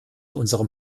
unserem